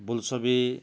বোলছবি